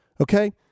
okay